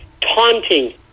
taunting